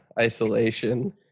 isolation